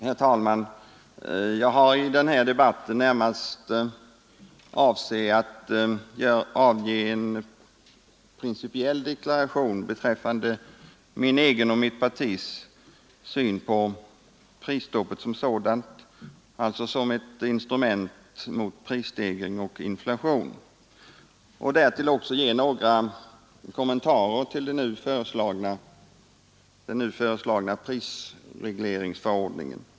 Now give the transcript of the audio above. Herr talman! Jag har i denna debatt närmast avsett att göra en principiell deklaration beträffande min egen och mitt partis syn på prisstoppet som sådant, alltså som ett instrument mot prisstegring och inflation, och därtill ge några kommentarer till den nu föreslagna prisregleringsförordningen.